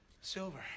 Silver